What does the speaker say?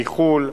מחו"ל.